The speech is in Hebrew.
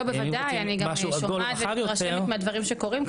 אני מתרשמת מהדברים שקורים,